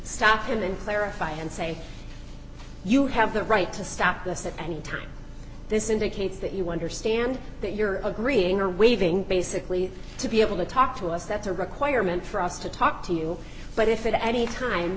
and clarify and say you have the right to stop this at any time this indicates that you understand that you're agreeing or waiving basically to be able to talk to us that's a requirement for us to talk to you but if it at any time